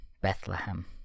Bethlehem